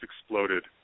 exploded